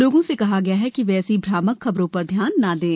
लोगों से कहा गया है कि वे ऐसी भ्रामक खबरों पर ध्यान न दें